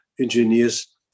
engineers